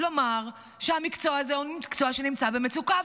לומר שהמקצוע הזה הוא מקצוע שנמצא במצוקה.